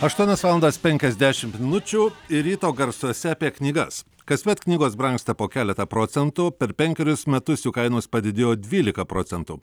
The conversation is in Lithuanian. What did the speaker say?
aštuonias valandas penkiasdešim minučių ir ryto garsuose apie knygas kasmet knygos brangsta po keletą procentų per penkerius metus jų kainos padidėjo dvylika procentų